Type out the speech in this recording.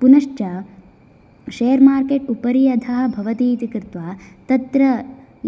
पुनश्च share market उपरि अधः भवति इति कृत्वा तत्र